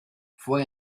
fue